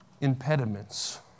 impediments